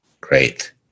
Great